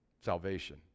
Salvation